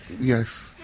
Yes